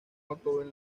automóvil